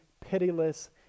pitiless